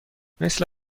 مثل